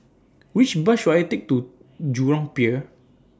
Which Bus should I Take to Jurong Pier